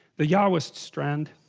the yahwist strand